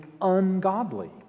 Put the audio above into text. ungodly